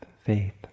faith